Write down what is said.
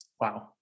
Wow